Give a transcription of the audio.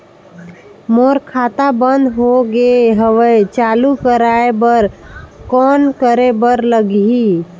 मोर खाता बंद हो गे हवय चालू कराय बर कौन करे बर लगही?